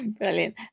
Brilliant